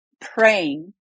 praying